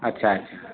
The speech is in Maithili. अच्छा अच्छा